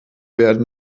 werden